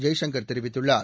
ஜெய்சங்கர் தெரிவித்துள்ளார்